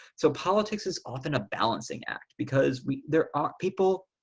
so, politics is often a balancing act because we, there are people